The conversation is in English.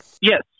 Yes